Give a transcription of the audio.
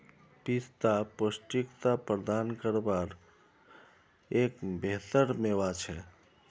पिस्ता पौष्टिकता प्रदान कारवार एक बेहतर मेवा छे